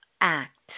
act